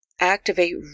activate